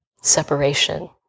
separation